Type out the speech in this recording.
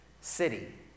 city